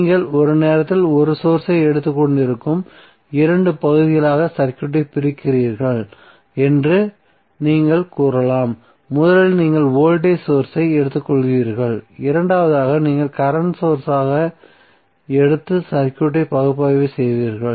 நீங்கள் ஒரு நேரத்தில் 1 சோர்ஸ் ஐ எடுத்துக்கொண்டிருக்கும் 2 பகுதிகளாக சர்க்யூட்டை பிரிக்கிறீர்கள் என்று நீங்கள் கூறலாம் முதலில் நீங்கள் வோல்டேஜ் சோர்ஸ் ஐ எடுத்துக்கொள்வீர்கள் இரண்டாவதாக நீங்கள் கரண்ட் சோர்ஸ் ஆக எடுத்து சர்க்யூட்டை பகுப்பாய்வு செய்வீர்கள்